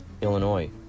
Illinois